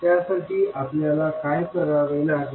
त्यासाठी आपल्याला काय करावे लागेल